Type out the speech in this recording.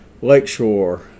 Lakeshore